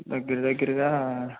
దగ్గర దగ్గరగా